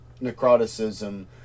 Necroticism